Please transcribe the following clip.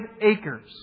acres